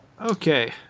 okay